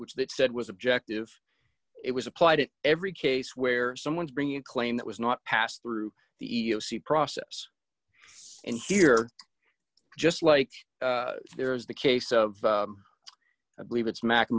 which that said was objective it was applied it every case where someone's bringing a claim that was not passed through the e e o c process and here just like there is the case of i believe it's mac